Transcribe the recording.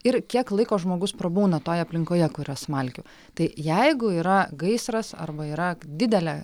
ir kiek laiko žmogus prabūna toj aplinkoje kur yra smalkių tai jeigu yra gaisras arba yra didelė